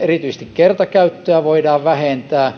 erityisesti muovien kertakäyttöä voidaan vähentää